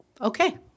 Okay